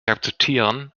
akzeptieren